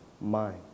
mind